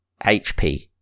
HP